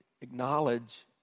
acknowledge